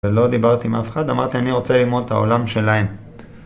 ולא דיברתי עם אף אחד, אמרתי אני רוצה ללמוד את העולם שלהם.